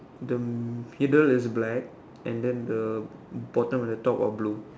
the middle is black and then the bottom and the top are blue